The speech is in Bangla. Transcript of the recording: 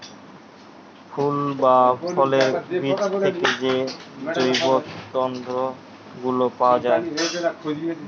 ফুল বা ফলের বীজ থিকে যে জৈব তন্তু গুলা পায়া যাচ্ছে